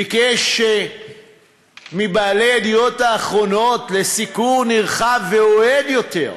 ביקש מבעלי "ידיעות אחרונות" סיקור נרחב ואוהד יותר.